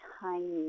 tiny